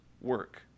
work